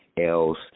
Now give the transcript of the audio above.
else